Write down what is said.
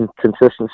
consistency